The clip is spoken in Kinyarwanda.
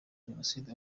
jenoside